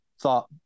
thought